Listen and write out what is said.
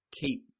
keep